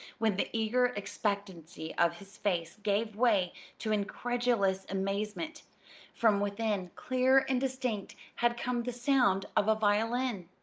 when the eager expectancy of his face gave way to incredulous amazement from within, clear and distinct, had come the sound of a violin.